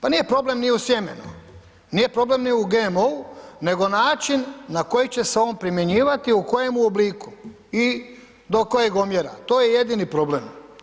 Pa nije problem ni u sjemenu, nije problem ni u GMO-u, nego način na koji će se on primjenjivati i u kojem obliku i do kojeg omjera, to je jedini problem.